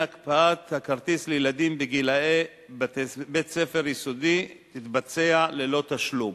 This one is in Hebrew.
הקפאת הכרטיס לילדים בגילי בית-הספר היסודי תתבצע ללא תשלום.